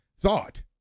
thought